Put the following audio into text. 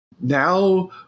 now